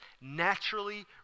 naturally